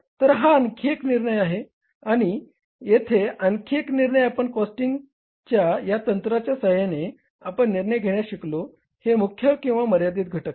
तर हा आणखी एक निर्णय आहे आणि येथे आणखी एक निर्णय आपण कॉस्टिंगच्या या तंत्राच्या सहाय्याने आपण निर्णय घेण्यास शिकलो हे मुख्य किंवा मर्यादित घटक आहे